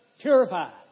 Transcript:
purified